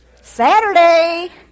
Saturday